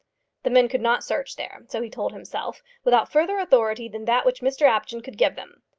the men could not search there so he told himself without further authority than that which mr apjohn could give them.